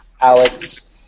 Alex